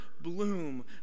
bloom